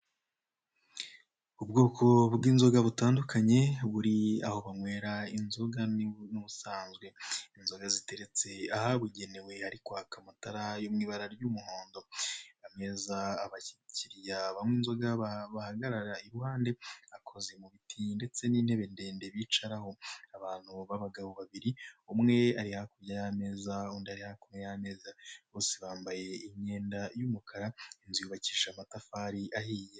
Ubwoko bw'inzoga butandukanye, buri aho banywera inzoga n'ubusanzwe, inzoga ziteretse ahabugenewe hari kwaka amatara ari mu ibara ry'umuhondo, ameza abakiriya banywa inzoga bahagarara iruhande, akoze mubiti ndetse n'intebe ndende bicaraho, abantu baba gabo babiri, umwe ari hakurya y'ameza, undi ari hakuno y'ameza, bose bambaye imyenda y'umukara, inzu yubakishije amatafari ahiye.